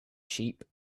sheep